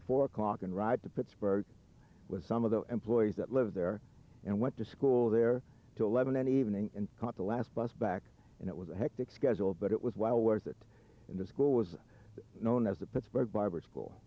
four o'clock and ride to pittsburgh with some of the employees that live there and went to school there to eleven an evening and caught the last bus back and it was a hectic schedule but it was well worth it in the school was known as the pittsburgh barber school